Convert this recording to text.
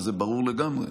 וזה ברור לגמרי.